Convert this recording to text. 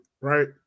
right